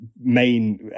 main